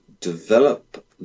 develop